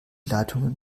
leitungen